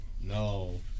no